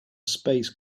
space